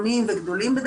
נשאל